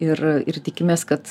ir ir tikimės kad